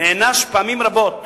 נענש פעמים רבות